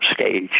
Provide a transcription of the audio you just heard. stage